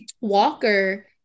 Walker